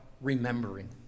remembering